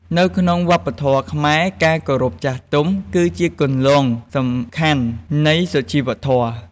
នៅក្នុងវប្បធម៌ខ្មែរ ការគោរពចាស់ទុំគឺជាគន្លងសំខាន់នៃសុជីវធម៌។